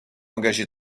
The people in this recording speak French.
engagé